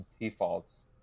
defaults